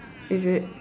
is it